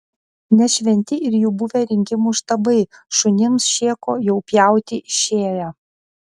ne šventi ir jų buvę rinkimų štabai šunims šėko jau pjauti išėję